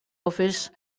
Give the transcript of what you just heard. office